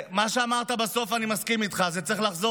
עם מה שאמרת בסוף אני מסכים: צריך לחזור